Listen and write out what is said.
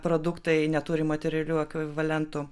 produktai neturi materialių ekvivalentų